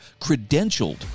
credentialed